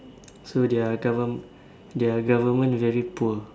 so their govern~ their government very poor